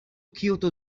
kyoto